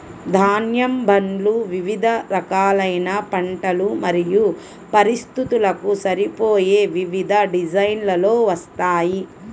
ధాన్యం బండ్లు వివిధ రకాలైన పంటలు మరియు పరిస్థితులకు సరిపోయే వివిధ డిజైన్లలో వస్తాయి